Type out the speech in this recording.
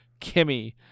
Kimmy